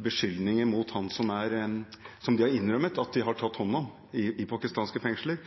beskyldninger mot ham som de har innrømmet at de har tatt hånd om i pakistanske fengsler?